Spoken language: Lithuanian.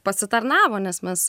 pasitarnavo nes mes